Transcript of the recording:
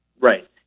Right